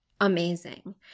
amazing